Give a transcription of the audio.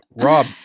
Rob